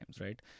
right